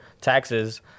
taxes